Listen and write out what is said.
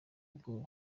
ubwoba